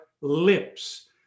lips